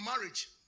marriage